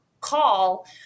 call